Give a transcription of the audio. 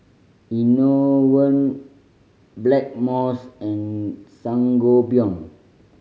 Enervon Blackmores and Sangobion